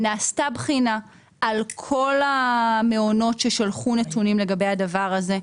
נעשתה בחינה על כל המעונות ששלחו נתונים לגבי הדבר הזה.